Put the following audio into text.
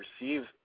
receive